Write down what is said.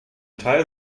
teil